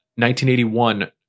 1981